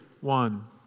one